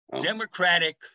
democratic